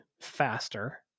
faster